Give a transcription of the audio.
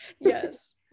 Yes